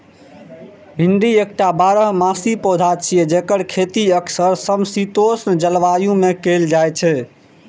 भिंडी एकटा बारहमासी पौधा छियै, जेकर खेती अक्सर समशीतोष्ण जलवायु मे कैल जाइ छै